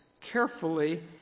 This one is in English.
carefully